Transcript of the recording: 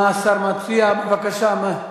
מה השר מציע, בבקשה?